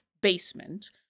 basement